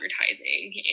advertising